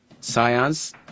science